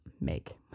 make